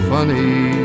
Funny